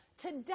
Today